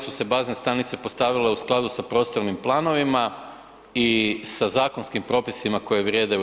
se bazne stanice postavile u skladu sa prostornim planovima i sa zakonskim propisima koji vrijede u RH?